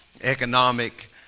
economic